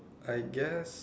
I guess